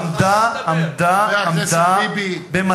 אנשים אין להם לאכול.